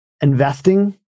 investing